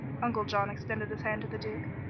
uncle john extended his hand to the duke,